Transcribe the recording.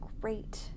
great